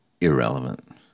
irrelevant